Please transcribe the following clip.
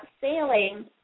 sailing